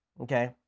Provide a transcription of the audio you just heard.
okay